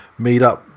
meetup